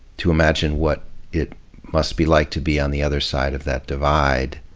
to imagine what it must be like to be on the other side of that divide.